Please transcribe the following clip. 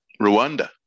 Rwanda